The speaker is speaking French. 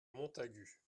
montagut